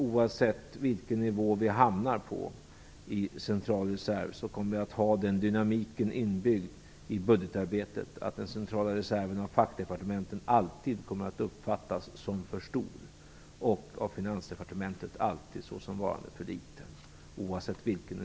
Oavsett vilken nivå vi hamnar på i central reserv, så tror jag att vi kommer att ha dynamiken inbyggd i budgetarbetet, att den centrala reserven av fackdepartementen alltid kommer att uppfattas som för stor och av Finansdepartementet som för liten.